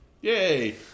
Yay